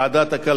תודה רבה.